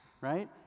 Right